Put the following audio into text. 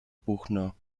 buchner